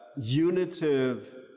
unitive